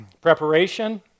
preparation